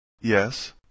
Yes